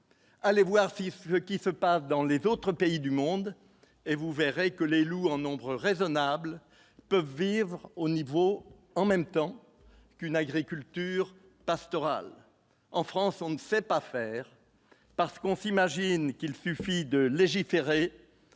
Allez voir fleuve qui se passe dans les autres pays du monde, et vous verrez que les loups en nombre raisonnables peuvent vivre au niveau en même temps qu'une agriculture pastorale en France on ne fait pas faire parce qu'on fit machine qu'il suffit de légiférer